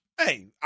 Hey